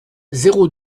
zéro